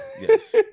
Yes